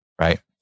right